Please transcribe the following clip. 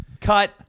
cut